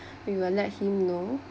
we will let him know